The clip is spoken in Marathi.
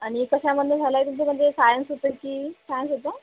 आणि कशामधून झालं आहे तुमचं म्हणजे सायन्स होतं की सायन्स होतं